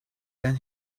then